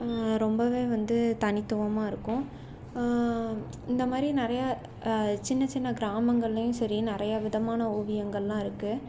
ரொம்பவே வந்து தனித்துவமாக இருக்கும் இந்த மாதிரி நிறைய சின்ன சின்ன கிராமங்கள்லையும் சரி நிறையா விதமான ஓவியங்களெலாம் இருக்குது